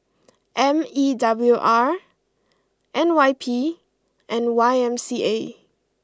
M E W R N Y P and Y M C A